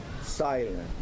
silent